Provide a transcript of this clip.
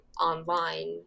online